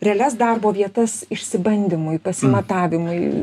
realias darbo vietas išsibandymui pasimatavimui